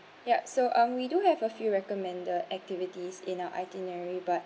ya so um we do have a few recommended activities in our itinerary but